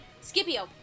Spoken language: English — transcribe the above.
Scipio